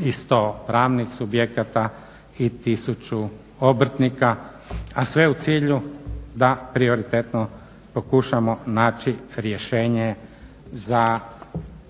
i 100 pravnih subjekata i tisuću obrtnika, a sve u cilju da prioritetno pokušamo naći rješenje za